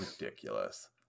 ridiculous